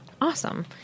Awesome